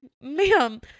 ma'am